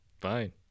fine